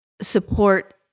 support